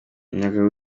umuyaga